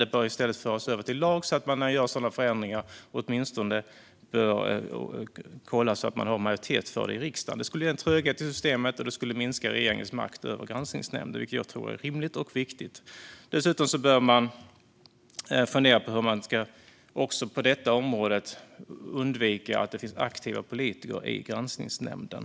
Det här bör i stället föras över till lag så att man när man gör sådana förändringar åtminstone bör kolla så att man har en majoritet för det i riksdagen. Det skulle ge en tröghet i systemet, och det skulle minska regeringens makt över granskningsnämnden, vilket jag tror är rimligt och riktigt. Dessutom bör man fundera över hur man också på detta område ska undvika att det finns aktiva politiker i granskningsnämnden.